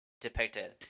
depicted